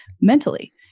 mentally